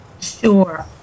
Sure